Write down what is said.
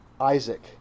Isaac